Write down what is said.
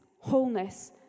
wholeness